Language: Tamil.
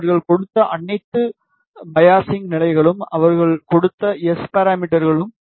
அவர்கள் கொடுத்த அனைத்து பையாஸிங் நிலைகளும் அவர்கள் கொடுத்த எஸ் பாராமீட்டர்களும்